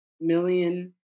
Million